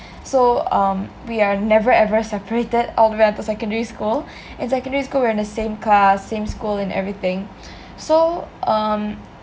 so um we are never ever separated all the way until secondary school in secondary school we were in the same class same school and everything so um